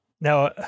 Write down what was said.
Now